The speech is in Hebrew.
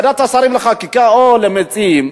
לוועדת השרים לחקיקה, או למציעים,